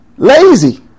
Lazy